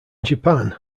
japan